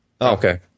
Okay